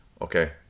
Okay